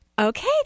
okay